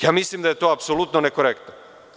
Ja mislim da je to apsolutno nekorektno.